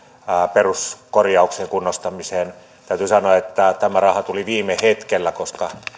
peruskorjaukseen ja kunnostamiseen täytyy sanoa että tämä raha tuli viime hetkellä koska